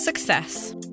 Success